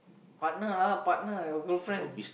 partner lah partner lah your girlfriend